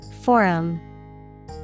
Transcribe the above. Forum